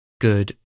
good